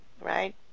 right